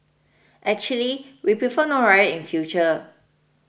actually we prefer no riot in future